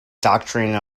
doctrine